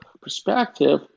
perspective